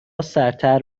سردتر